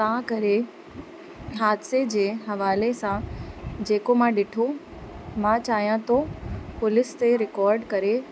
तव्हां करे हादसे जे हवाले सां जेको मां ॾिठो मां चाहियां थो पुलिस ते रिकॉर्ड करे